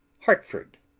hartford.